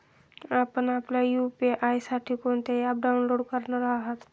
आपण आपल्या यू.पी.आय साठी कोणते ॲप डाउनलोड करणार आहात?